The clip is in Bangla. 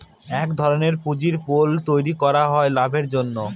এক ধরনের পুঁজির পুল তৈরী করা হয় লাভের জন্য